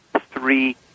three